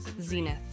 Zenith